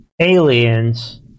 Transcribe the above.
aliens